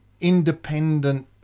independent